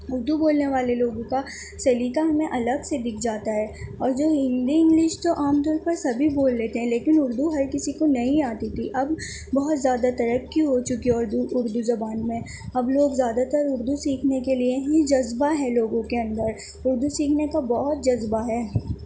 اردو بولنے والے لوگوں کا سلیقہ ہمیں الگ سےدکھ جاتا ہے اور جو ہندی انگلش جو عام طور پر سبھی بول لیتے ہیں لیکن اردو ہر کسی کو نہیں آتی تھی اب بہت زیادہ ترقی ہو چکی ہے اردو اردو زبان میں اب لوگ زیادہ اردو سیکھنے کے لئے ہی جذبہ ہے لوگوں کے اندر اردو سیکھنے کا بہت جذبہ ہے